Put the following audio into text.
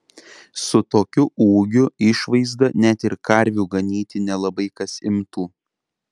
su tokiu ūgiu išvaizda net ir karvių ganyti nelabai kas imtų